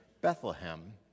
Bethlehem